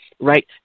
Right